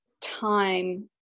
time